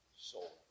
soul